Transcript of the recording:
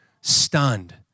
Stunned